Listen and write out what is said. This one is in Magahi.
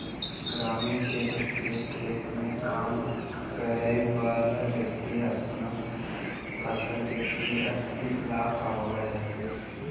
ग्रामीण क्षेत्र के खेत मे काम करय वला व्यक्ति अपन फसल बेच के आर्थिक लाभ कमाबय हय